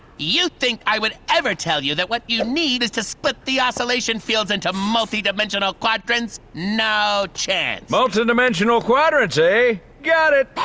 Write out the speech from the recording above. you think i would ever tell you that what you need is to split the oscillation fields into multi-dimensional quadrants? no chance. multi-dimensional quadrants, ah? got it!